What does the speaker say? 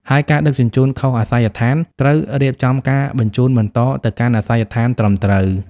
ហើយការដឹកជញ្ជូនខុសអាសយដ្ឋាន ត្រូវរៀបចំការបញ្ជូនបន្តទៅកាន់អាសយដ្ឋានត្រឹមត្រូវ។